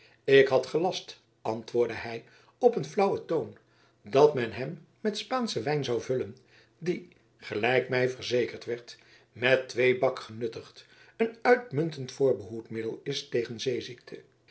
ik had gelast antwoordde hij op een flauwen toon dat men hem met spaanschen wijn zou vullen die gelijk mij verzekerd werd met tweebak genuttigd een uitmuntend voorbehoedmiddel is tegen zeeziekte